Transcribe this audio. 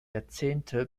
jahrzehnte